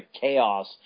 chaos